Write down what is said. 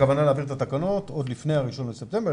הכוונה להעביר את התקנות עוד לפני ה-1 בספטמבר.